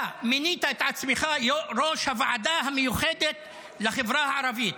אתה מינית את עצמך לראש הוועדה המיוחדת לחברה הערבית.